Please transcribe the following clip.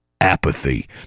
Apathy